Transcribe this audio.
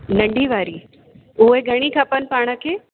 नंढी वारी उहे घणी खपनि पाण खे